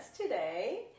today